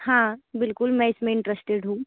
हाँ बिल्कुल मैं इस में इंटरेस्टेड हूँ